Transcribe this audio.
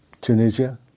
Tunisia